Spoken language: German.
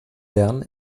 lernen